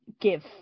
give